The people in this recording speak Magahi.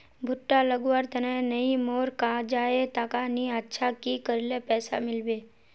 भुट्टा लगवार तने नई मोर काजाए टका नि अच्छा की करले पैसा मिलबे?